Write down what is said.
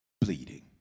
Bleeding